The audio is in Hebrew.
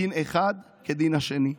דין אחד כדין השני.